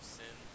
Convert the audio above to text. sin